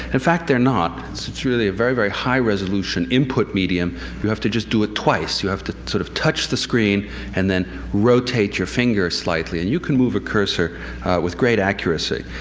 in fact, they're not it's it's really a very, very high-resolution input medium you have to just do it twice, you have to sort of touch the screen and then rotate your finger slightly and you can move a cursor with great accuracy.